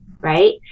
right